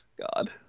God